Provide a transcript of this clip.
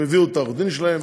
הם הביאו את העורך דין שלהם,